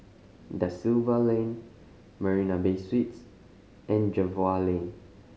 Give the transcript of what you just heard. Da Silva Lane Marina Bay Suites and Jervois Lane